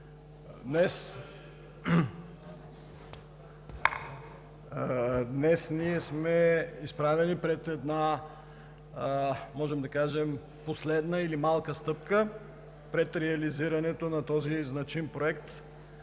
Днес ние сме изправени пред една, можем да кажем, последна или малка стъпка пред реализирането на този значим проект,